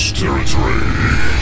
territory